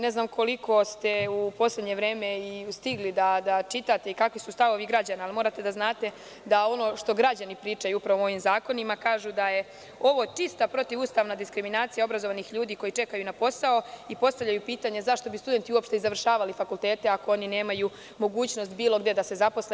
Ne znam koliko ste u poslednje vreme stigli da čitate i kakvi su stavovi građana, ali morate da znate da ono što građani pričaju upravo o ovim zakonima, kažu da je ovo čista protivustavna diskriminacija obrazovanih ljudi koji čekaju na posao i postavljaju pitanje – zašto bi studenti uopšte završavali fakultete, ako oni nemaju mogućnost bilo gde da se zaposle?